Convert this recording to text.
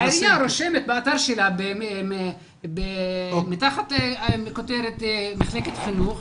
העירייה רושמת באתר שלה מתחת לכותרת מחלקת חינוך: